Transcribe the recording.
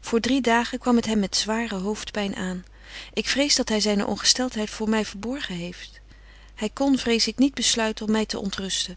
voor drie dagen kwam het hem met zware hoofdpyn aan ik vrees dat hy zyne ongesteltheid voor my verborgen heeft hy kon vrees ik niet besluiten om my te ontrusten